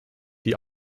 die